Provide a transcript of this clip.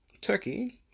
Turkey